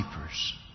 Keepers